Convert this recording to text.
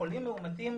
חולים מאומתים,